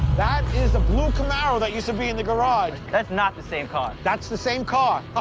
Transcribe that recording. that is the blue camaro that used to be in the garage. that's not the same car. that's the same car. ah